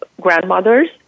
grandmothers